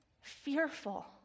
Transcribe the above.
fearful